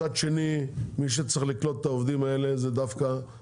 מצד שני מי שצריך לקלוט את העובדים האלו הם הסופרים,